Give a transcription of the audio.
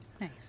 Nice